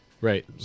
Right